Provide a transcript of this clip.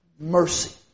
mercy